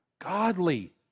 Godly